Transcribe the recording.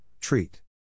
treat